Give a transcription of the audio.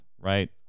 Right